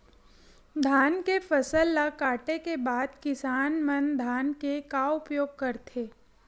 धान के फसल ला काटे के बाद किसान मन धान के का उपयोग करथे?